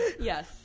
yes